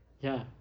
ya